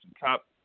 top